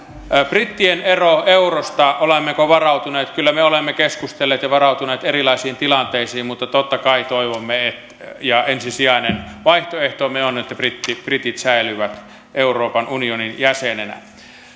brittien ero eurosta olemmeko siihen varautuneet kyllä me olemme keskustelleet ja varautuneet erilaisiin tilanteisiin mutta totta kai toivomme ja ensisijainen vaihtoehtomme on että britit säilyvät euroopan unionin jäsenenä